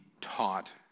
taught